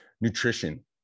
Nutrition